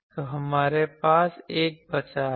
तो हमारे पास 1 बचा है